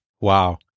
Wow